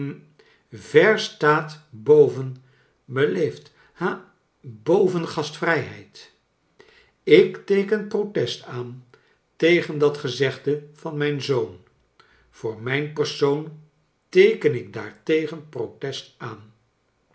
ver staat boven beleefd ha boven gastvrijheid ik teeken protest aan tegen dat gezegde van mijn zoon voor mijn persoon teeken ik daartegen protest aan